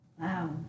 Wow